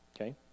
okay